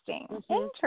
interesting